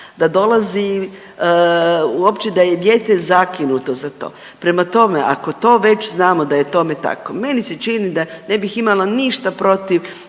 Da dolazi uopće da je dijete zakinuto za to. Prema tome, ako to već znamo da je tome tako, meni se čini da ne bih imala ništa protiv